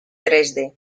dresde